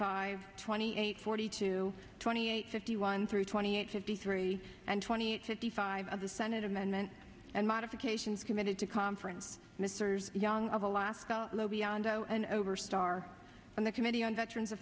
five twenty eight forty two twenty eight fifty one through twenty eight fifty three and twenty eight fifty five of the senate amendment and modifications committed to conference mr young of alaska low beyond zero and over starr and the committee on veterans